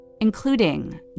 including